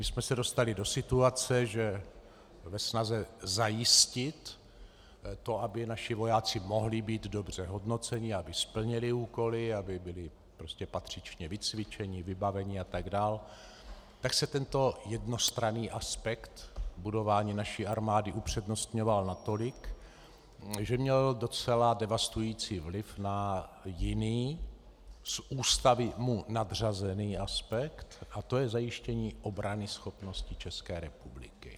My jsme se dostali do situace, že ve snaze zajistit to, aby naši vojáci mohli být dobře hodnoceni, aby splnili úkoly, aby byli patřičně vycvičeni, vybaveni atd., tak se tento jednostranný aspekt budování naší armády upřednostňoval natolik, že měl docela devastující vliv na jiný z Ústavy mu nadřazený aspekt a tím je zajištění obranyschopnosti České republiky.